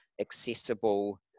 accessible